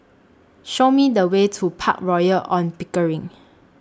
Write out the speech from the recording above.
Show Me The Way to Park Royal on Pickering